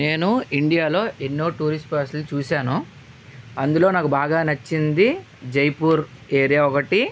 నేను ఇండియాలో ఎన్నో టూరిస్ట్ ప్లేసులు చూశాను అందులో నాకు బాగా నచ్చింది జైపూర్ ఏరియా ఒకటి